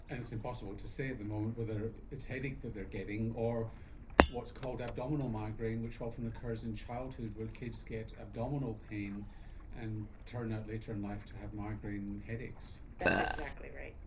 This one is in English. and it's impossible to say at the moment whether it's headache that they are getting or what's called abdominal migraine which often occurs in childhood where kids get abdominal pain and turn out later in life to have migraine headaches. that's exactly right.